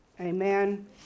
amen